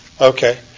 Okay